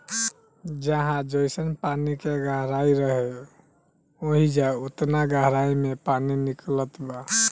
जहाँ जइसन पानी के गहराई रहे, ओइजा ओतना गहराई मे पानी निकलत बा